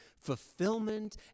fulfillment